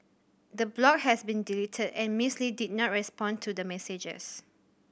the blog has been deleted and Miss Lee did not respond to the messages